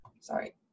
Sorry